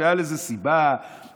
שהייתה לזה סיבה ברורה,